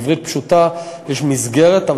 בעברית פשוטה: יש מסגרת,